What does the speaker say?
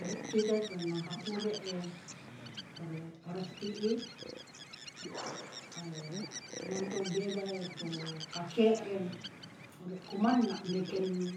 Ore kite tu mahahuhure ore oras ti'i, ngonto beda beda to ka ke'ren ore kuman na' meken